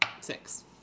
Six